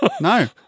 No